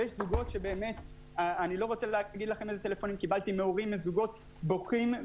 ואני לא רוצה להגיד לכם איזה טלפונים קיבלתי מהורים ומזוגות בוכים.